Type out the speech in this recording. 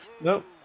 Nope